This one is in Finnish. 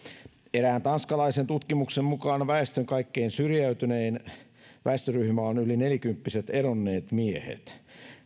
erään tanskalaisen tutkimuksen mukaan väestön kaikkein syrjäytynein väestöryhmä on yli nelikymppiset eronneet miehet